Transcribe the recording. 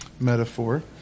metaphor